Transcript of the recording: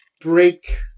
break